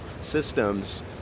systems